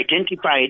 identified